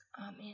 Amen